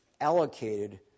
allocated